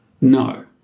No